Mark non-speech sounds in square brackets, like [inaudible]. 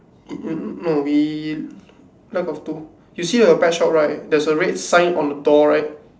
[noise] no we lack of two you see the pet shop right there is a red sign on the door right